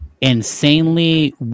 insanely